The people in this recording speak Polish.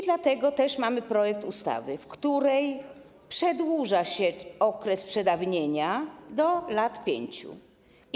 Dlatego też mamy projekt ustawy, w której przedłuża się okres przedawnienia do 5 lat.